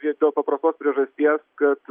vien dėl paprastos priežasties kad